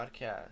podcast